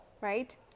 right